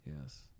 Yes